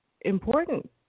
important